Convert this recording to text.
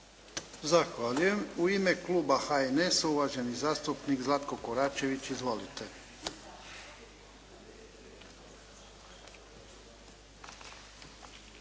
Zahvaljujem. U ime kluba SDP-a uvažena zastupnica Milanka Opačić. Izvolite.